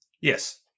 Yes